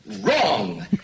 Wrong